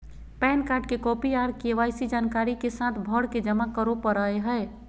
pan card के copy आर KYC जानकारी के साथ भरके जमा करो परय हय